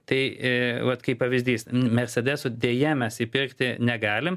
tai vat kaip pavyzdysmercedes įpirkti negalim